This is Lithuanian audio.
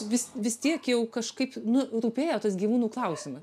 vis vis tiek jau kažkaip nu rūpėjo tas gyvūnų klausimas